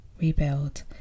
rebuild